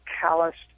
calloused